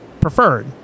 preferred